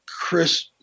Chris